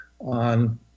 on